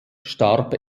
starb